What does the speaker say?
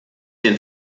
den